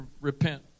repent